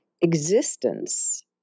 existence